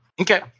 Okay